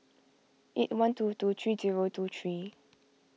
eight one two two three two O two three